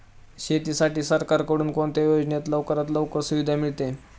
शेतीसाठी सरकारकडून कोणत्या योजनेत लवकरात लवकर सुविधा मिळते?